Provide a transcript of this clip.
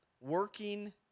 working